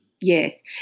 Yes